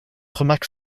remarque